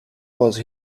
was